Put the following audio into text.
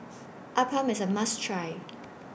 Appam IS A must Try